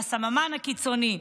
הסממן הקיצוני,